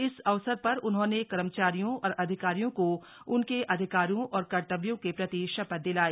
इस अवसर पर उन्होंने कर्मचारियों और अधिकारियों को उनके अधिकारों और कर्तव्यों के प्रति शपथ दिलाई